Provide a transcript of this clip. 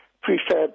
prefab